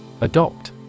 Adopt